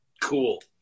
Cool